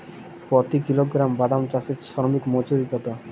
প্রতি কিলোগ্রাম বাদাম চাষে শ্রমিক মজুরি কত?